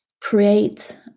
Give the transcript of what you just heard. create